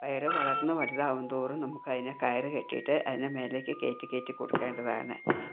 പയറ് വളർന്ന് വലുതാകുതോറും നമ്മുക്ക് അതിനെ കയറ് കെട്ടീട്ട് അതിനെ മേലേക്ക് കേറ്റി കേറ്റി കൊടുക്കേണ്ടതാണ്